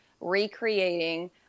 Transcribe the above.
recreating